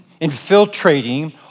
infiltrating